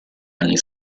anni